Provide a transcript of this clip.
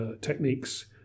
techniques